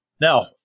Now